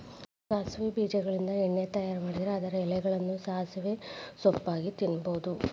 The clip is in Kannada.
ಸಾಸವಿ ಬೇಜಗಳಿಂದ ಎಣ್ಣೆ ತಯಾರ್ ಮಾಡಿದ್ರ ಅದರ ಎಲೆಗಳನ್ನ ಸಾಸಿವೆ ಸೊಪ್ಪಾಗಿ ತಿನ್ನಬಹುದು